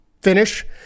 finish